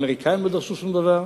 האמריקנים לא דרשו שום דבר.